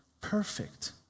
perfect